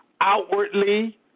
outwardly